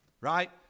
right